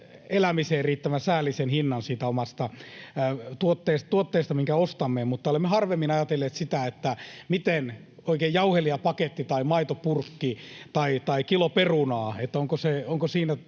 elämiseen riittävän säällisen hinnan siitä omasta tuotteesta, minkä ostamme. Mutta olemme harvemmin ajatelleet jauhelihapakettia tai maitopurkkia tai kiloa perunaa, että tuleeko siitä